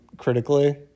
critically